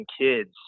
kids